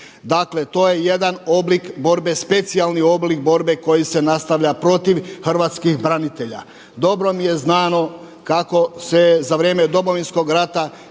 Dakle, to je jedan oblik borbe, specijalni oblik borbe koji se nastavlja protiv hrvatskih branitelja. Dobro mi je znamo kako se za vrijeme Domovinskog rata